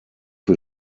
für